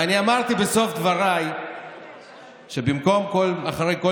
אני אמרתי בסוף דבריי שבמקום שאחרי כל